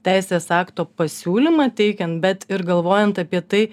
teisės akto pasiūlymą teikiant bet ir galvojant apie tai